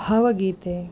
ಭಾವಗೀತೆ